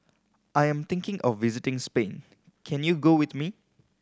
I am thinking of visiting Spain can you go with me